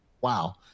wow